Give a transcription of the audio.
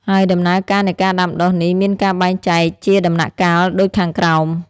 ហើយដំណើរការនៃការដាំដុះនេះមានការបែងចែកជាដំណាក់កាលដូចខាងក្រោម។